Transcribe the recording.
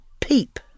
peep